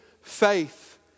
Faith